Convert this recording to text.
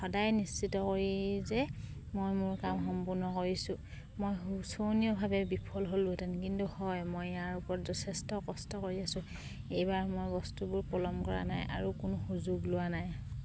সদায় নিশ্চিত কৰি যে মই মোৰ কাম সম্পূৰ্ণ কৰিছো মই শোচনীয়ভাৱে বিফল হ'লোহেঁতেন কিন্তু হয় মই ইয়াৰ ওপৰত যথেষ্ট কষ্ট কৰি আছোঁ এইবাৰ মই বস্তুবোৰ পলম কৰা নাই আৰু কোনো সুযোগ লোৱা নাই